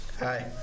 Hi